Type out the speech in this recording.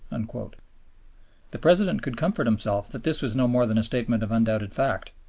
and the president could comfort himself that this was no more than a statement of undoubted fact,